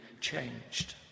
changed